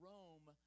Rome